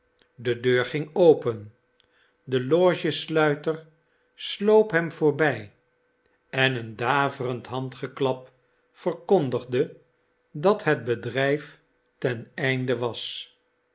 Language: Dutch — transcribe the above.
de deur ging open de logesluiter sloop hem voorbij en een daverend handgeklap verkondigde dat het bedrijf ten einde was